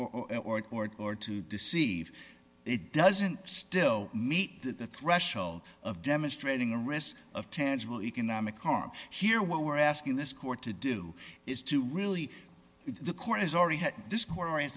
or or or to deceive it doesn't still meet the threshold of demonstrating arrests of tangible economic harm here what we're asking this court to do is to really the court has already had this core a